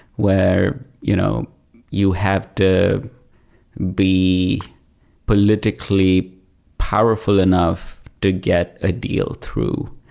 where you know you have to be politically powerful enough to get a deal through.